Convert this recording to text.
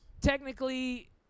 technically